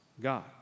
God